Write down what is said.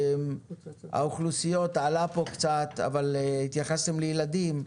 האוכלוסיות, זה עלה פה קצת, אבל התייחסתם לילדים.